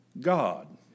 God